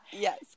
Yes